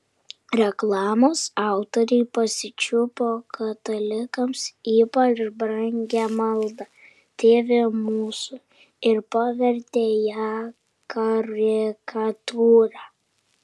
reklamos autoriai pasičiupo katalikams ypač brangią maldą tėve mūsų ir pavertė ją karikatūra